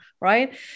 Right